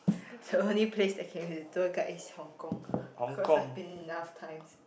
so the only place that came with tour guide is Hong-Kong cause I've been enough times